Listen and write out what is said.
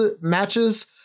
matches